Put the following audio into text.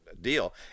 deal